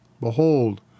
Behold